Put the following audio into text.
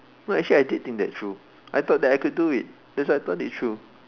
no actually I did think that through I thought that I could do it that's why I thought it through